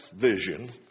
vision